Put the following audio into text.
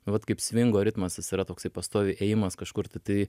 vat kaip svingo ritmas jis yra toksai pastoviai ėjimas kažkur tai tai